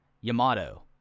Yamato